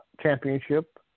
Championship